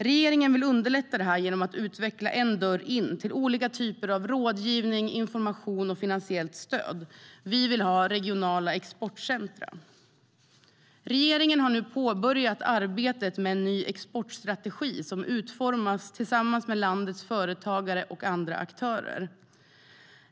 Regeringen vill underlätta för dem genom att utveckla en dörr in till olika typer av rådgivning, information och finansiellt stöd. Vi vill ha regionala exportcentrum. Regeringen har nu påbörjat arbetet med en ny exportstrategi som utformas tillsammans med landets företagare och andra aktörer.